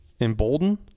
embolden